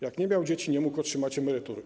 Jak nie miał dzieci, nie mógł otrzymać emerytury.